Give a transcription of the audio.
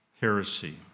heresy